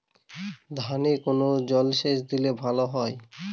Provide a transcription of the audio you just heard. ধানে কোন জলসেচ দিলে ভাল হয়?